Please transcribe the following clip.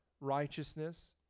righteousness